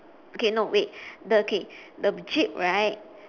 okay no wait the okay the jeep right